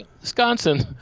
Wisconsin